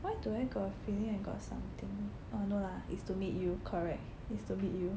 why do I got a feeling I got something oh no lah it's to meet you correct it's to meet you